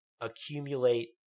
accumulate